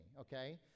okay